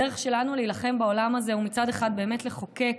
הדרך שלנו להילחם בעולם הזה היא מצד אחד באמת לחוקק,